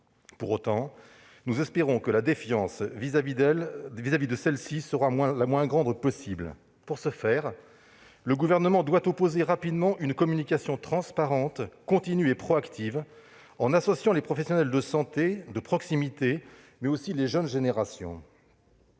Pour autant, nous espérons que la défiance à l'égard de celle-ci sera la moins grande possible. Pour qu'il en soit ainsi, le Gouvernement doit opposer rapidement une communication transparente, continue et proactive, en associant les professionnels de santé de proximité, mais aussi les jeunes générations.